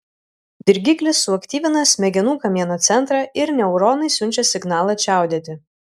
dirgiklis suaktyvina smegenų kamieno centrą ir neuronai siunčia signalą čiaudėti